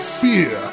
fear